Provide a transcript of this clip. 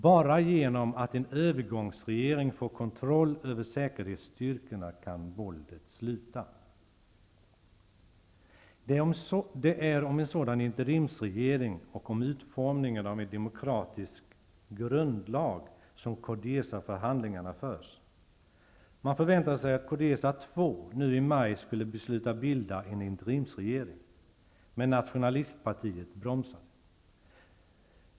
Bara genom att en övergångsregering får kontroll över säkerhetsstyrkorna kan våldet sluta.'' Det är om en sådan interimsregering och om utformningen av en demokratisk grundlag, som Codesaförhandlingarna förs. Man förväntade sig att Codesa 2 nu i maj skulle besluta bilda en interimsregering. Men nationalistpartiet bromsar.